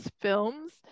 films